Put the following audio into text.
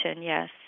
yes